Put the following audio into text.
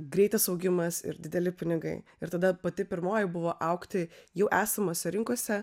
greitas augimas ir dideli pinigai ir tada pati pirmoji buvo augti jau esamose rinkose